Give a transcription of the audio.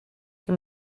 que